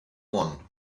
one